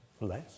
Less